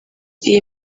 iyi